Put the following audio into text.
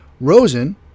Rosen